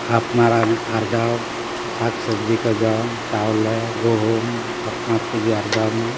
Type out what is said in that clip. ᱟᱯᱱᱟᱨᱟᱜ ᱟᱨᱡᱟᱣ ᱥᱟᱠ ᱥᱚᱵᱽᱡᱤ ᱠᱚ ᱡᱚᱢ ᱪᱟᱣᱞᱮ ᱜᱩᱦᱩᱢ ᱟᱯᱱᱟᱨ ᱛᱮᱜᱮ ᱟᱨᱡᱟᱣ ᱢᱟ